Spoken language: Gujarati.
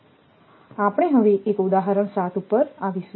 તેથી આપણે હવે એક ઉદાહરણ 7 પર આવીશું